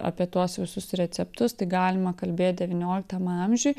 apie tuos visus receptus tai galima kalbėt devynioliktam amžiui